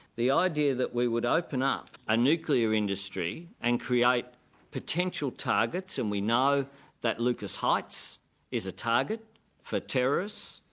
the idea that we would open up a nuclear industry and create potential targets, and we know that lucas heights is a target for terrorists,